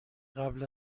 قبل